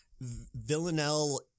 Villanelle